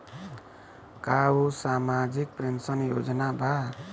का उ सामाजिक पेंशन योजना बा?